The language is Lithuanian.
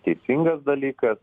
teisingas dalykas